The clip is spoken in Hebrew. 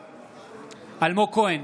בעד אלמוג כהן,